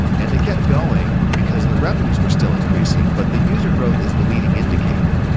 and they kept going because their revenues were still increasing, but the user growth is the leading indicator.